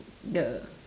the